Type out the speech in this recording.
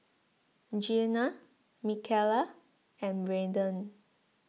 Gena Mikaela and Braeden